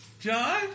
John